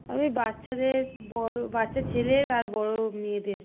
আমি বাচ্চাদের বড়ো বাচ্চা ছেলের আর বড়ো মেয়েদের